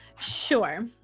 Sure